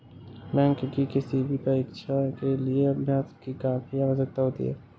bank की किसी भी परीक्षा के लिए अभ्यास की काफी आवश्यकता होती है